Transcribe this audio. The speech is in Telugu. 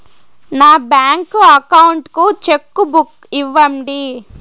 నా బ్యాంకు అకౌంట్ కు చెక్కు బుక్ ఇవ్వండి